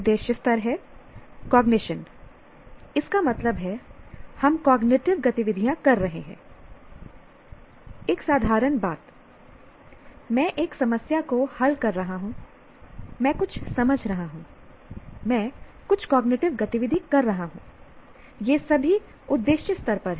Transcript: उद्देश्य स्तर कॉग्निशन इसका मतलब है हम कॉग्निटिव गतिविधियाँ कर रहे हैं एक साधारण बात मैं एक समस्या को हल कर रहा हूं मैं कुछ समझ रहा हूं मैं कुछ कॉग्निटिव गतिविधि कर रहा हूं ये सभी उद्देश्य स्तर पर हैं